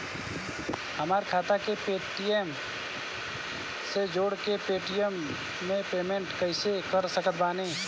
हमार खाता के पेटीएम से जोड़ के पेटीएम से पेमेंट कइसे कर सकत बानी?